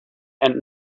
and